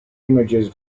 images